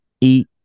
Eat